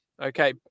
okay